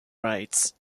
rights